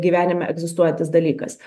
gyvenime egzistuojantis dalykas